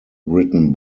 written